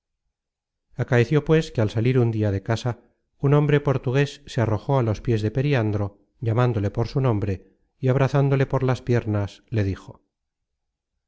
generated at acaeció pues que al salir un dia de casa un hombre portugues se arrojó á los pies de periandro llamándole por su nombre y abrazándole por las piernas le dijo